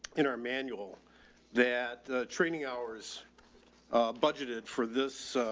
in our manual that training hours a budgeted for this, ah,